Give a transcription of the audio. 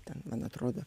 ten man atrodo